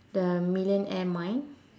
the millionaire mind